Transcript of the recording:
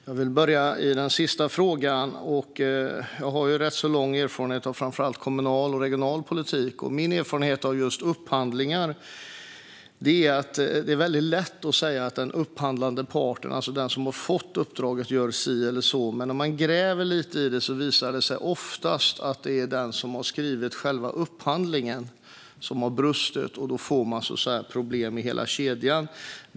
Fru talman! Jag vill börja i den sista frågan. Jag har ju rätt lång erfarenhet från framför allt kommunal och regional politik. Min erfarenhet av just upphandlingar är att det är lätt att säga att den upphandlade parten, alltså den som har fått uppdraget, gör si eller så, men om man gräver lite i det visar det sig oftast att det är den som har skrivit upphandlingsunderlaget som har brustit. Då får man problem i hela kedjan.